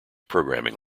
programming